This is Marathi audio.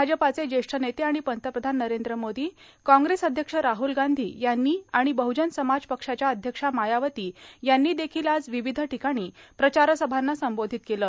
भाजपाचे ज्येष्ठ नेते आर्गण पंतप्रधान नरद्र मोदां काँग्रेस अध्यक्ष राहल गांधी यांनी आर्गण बहुजन समाज पक्षाच्या अध्यक्षा मायावती यांनी देखील आज र्वावध ठिकाणी प्रचारसभांना संबोधित केलं